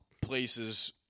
places